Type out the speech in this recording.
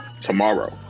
tomorrow